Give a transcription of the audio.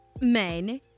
men